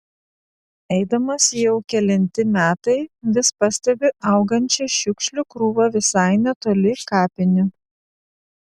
eidamas jau kelinti metai vis pastebiu augančią šiukšlių krūvą visai netoli kapinių